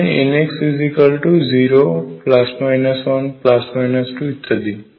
যেখানে nx0±1±2 ইত্যাদি